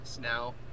now